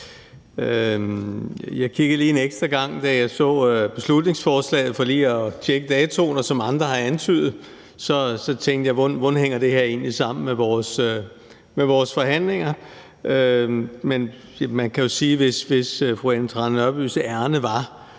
Jeg kiggede lige en ekstra gang, da jeg så beslutningsforslaget, for at tjekke datoen, og ligesom også andre har antydet, tænkte jeg: Hvordan hænger det her egentlig sammen med vores forhandlinger? Men man kan jo sige: Hvis fru Ellen Trane Nørbys ærinde var